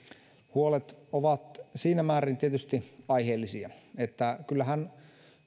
huolet ovat siinä määrin tietysti aiheellisia että kyllähän